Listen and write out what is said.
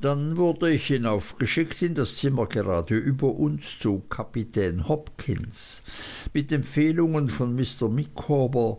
dann wurde ich hinauf geschickt in das zimmer gerade über uns zu kapitän hopkins mit empfehlungen von mr micawber